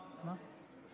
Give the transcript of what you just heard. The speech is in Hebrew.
כן.